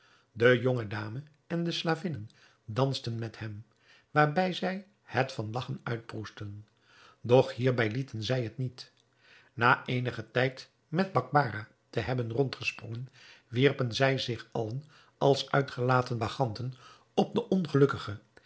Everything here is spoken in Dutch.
de jonge dame en de slavinnen dansten met hem waarbij zij het van lagchen uitproesten doch hierbij lieten zij het niet na eenigen tijd met bakbarah te hebben rond gesprongen wierpen zij zich allen als uitgelaten bacchanten op den ongelukkige